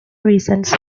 reasons